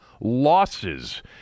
losses